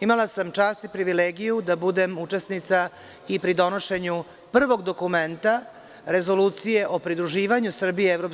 Imala sam čast i privilegiju da budem učesnica i pri donošenju prvog dokumenta Rezolucije o pridruživanju Srbije EU